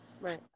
Right